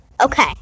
Okay